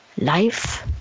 life